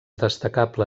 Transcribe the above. destacable